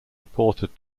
reported